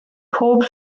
pob